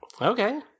Okay